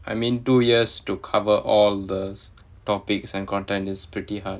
I mean two years to cover all the topics and content is pretty hard